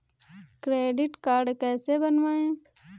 Credit card कैसे बनवाएँ?